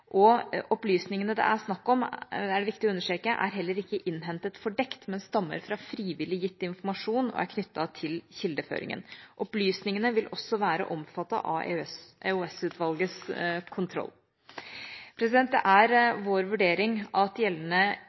Opplysningene det er snakk om, er heller ikke innhentet fordekt – det er det viktig å understreke – men stammer fra frivillig gitt informasjon og er knyttet til kildeføringa. Opplysningene vil også være omfattet av EOS-utvalgets kontroll. Det er vår vurdering at gjeldende